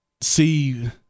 see